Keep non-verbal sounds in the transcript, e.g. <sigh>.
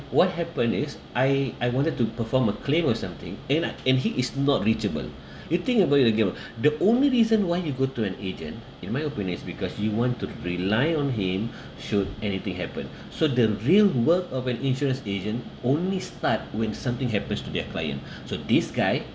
what happen is I I wanted to perform a claim or something end up and he is not reachable you think you going to get what <breath> the only reason why you go to an agent in my opinion is because you want to rely on him <breath> should anything happen <breath> so the real work of an insurance agent only start when something happens to their client <breath> so this guy